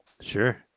Sure